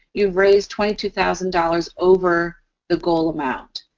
you've raised twenty two thousand dollars over the goal amount.